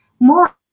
more